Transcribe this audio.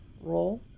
roll